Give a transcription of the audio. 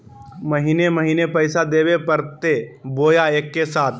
महीने महीने पैसा देवे परते बोया एके साथ?